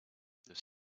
the